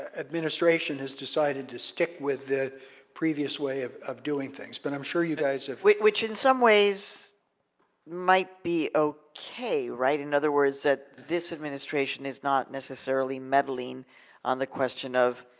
administration has decided to stick with the previous way of of doing things. but i'm sure you guys have which which in some ways might be okay, right? in other words, that this administration is not necessarily meddling on the question of,